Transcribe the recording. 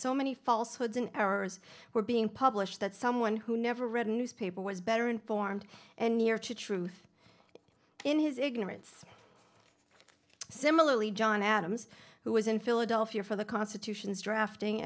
so many false words in errors were being published that someone who never read a newspaper was better informed and nearer to truth in his ignorance similarly john adams who was in philadelphia for the constitution's drafting